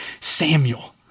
Samuel